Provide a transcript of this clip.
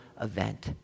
event